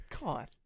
God